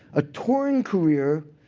a touring career,